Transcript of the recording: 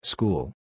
School